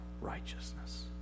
righteousness